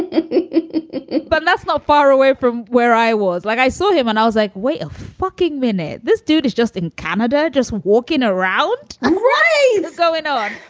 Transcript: and but that's not far away from where i was. like, i saw him when i was like, wait a fucking minute. this dude is just in canada just walking around and right, that's going on.